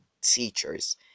teachers